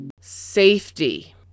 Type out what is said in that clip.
Safety